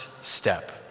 step